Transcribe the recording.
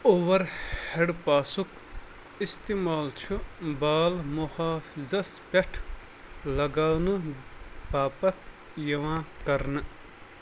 over head پاسُک اِستعمال چھُ بال محافظَس پیٹھ لگاونہٕ پاپتھ یِوان کرنہٕ